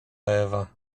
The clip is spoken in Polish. ewa